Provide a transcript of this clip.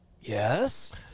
Yes